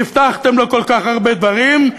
הבטחתם לו כל כך הרבה דברים,